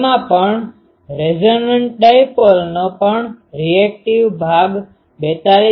તેમાં પણ રેઝનન્ટ ડાઈપોલનો પણ રિએક્ટિવ ભાગ 42